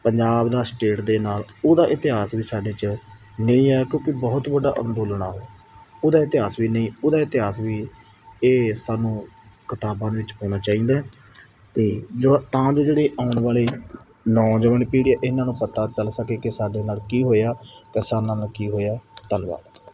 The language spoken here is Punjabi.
ਪੰਜਾਬ ਦਾ ਸਟੇਟ ਦੇ ਨਾਲ ਉਹਦਾ ਇਤਿਹਾਸ ਵੀ ਸਾਡੇ 'ਚ ਨਹੀਂ ਹੈ ਕਿਉਂਕਿ ਬਹੁਤ ਵੱਡਾ ਅੰਦੋਲਨ ਆ ਉਹਦਾ ਇਤਿਹਾਸ ਵੀ ਨਹੀਂ ਉਹਦਾ ਇਤਿਹਾਸ ਵੀ ਇਹ ਸਾਨੂੰ ਕਿਤਾਬਾਂ ਦੇ ਵਿੱਚ ਹੋਣਾ ਚਾਹੀਦਾ ਅਤੇ ਜੋ ਤਾਂ ਜੋ ਜਿਹੜੇ ਆਉਣ ਵਾਲੀ ਨੌਜਵਾਨ ਪੀੜ੍ਹੀ ਇਹਨਾਂ ਨੂੰ ਪਤਾ ਚੱਲ ਸਕੇ ਕਿ ਸਾਡੇ ਨਾਲ ਕੀ ਹੋਇਆ ਕਿਸਾਨਾਂ ਨਾਲ ਕੀ ਹੋਇਆ ਧੰਨਵਾਦ